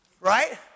Right